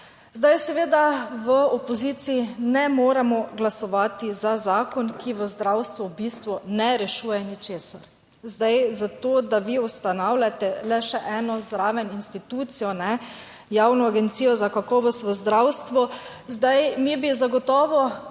Zdaj, seveda, v opoziciji ne moremo glasovati za zakon, ki v zdravstvu v bistvu ne rešuje ničesar zato, da vi ustanavljate le še eno zraven institucijo, javno agencijo za kakovost v zdravstvu. Zdaj, mi bi zagotovo